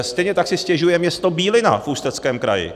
Stejně tak si stěžuje město Bílina v Ústeckém kraji.